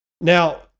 Now